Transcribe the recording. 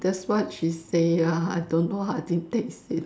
that's what she say ah I don't how I didn't taste it